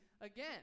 again